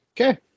okay